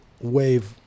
wave